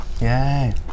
Yay